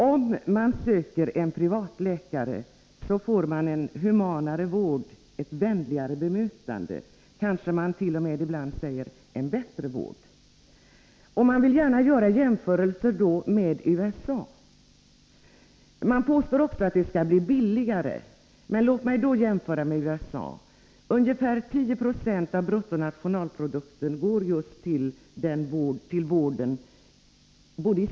Om man söker en privatläkare, får man en humanare vård och ett vänligare bemötande, heter det. Kanske sägs det t.o.m. att det ibland blir en bättre vård. Det påstås också att det blir billigare. Man vill gärna göra jämförelser med förhållandena i USA. Låt mig då jämföra med USA! Ungefär 10 90 av bruttonationalprodukten går i både Sverige och USA till just vården.